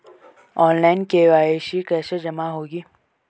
Online KYC कैसे जमा होगी?